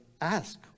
Ask